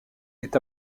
est